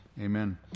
amen